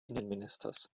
innenministers